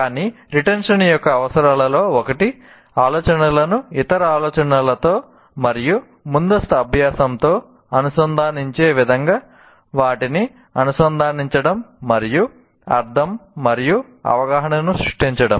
కానీ రిటెన్షన్ యొక్క అవసరాలలో ఒకటి ఆలోచనలను ఇతర ఆలోచనలతో మరియు ముందస్తు అభ్యాసంతో అనుసంధానించే విధంగా వాటిని అనుసంధానించడం మరియు అర్థం మరియు అవగాహనను సృష్టించడం